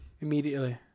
immediately